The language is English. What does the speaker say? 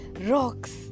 rocks